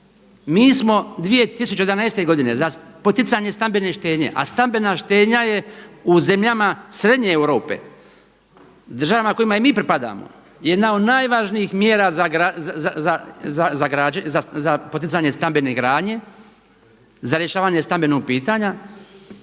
Mi smo 2011. godine za poticanje stambene štednje, a stambena štednja je u zemljama Srednje Europe, državama kojima i mi pripadamo jedna od najvažnijih mjera za poticanje stambene gradnje, za rješavanje stambenog pitanja.